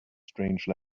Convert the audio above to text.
strange